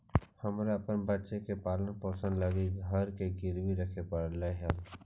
हमरा अपन बच्चा के पालन पोषण लागी घर के गिरवी रखे पड़लई हल